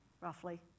roughly